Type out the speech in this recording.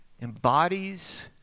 embodies